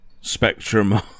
spectrum